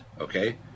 okay